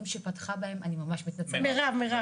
שפתחה בהם חברת הכנסת מירב בן ארי.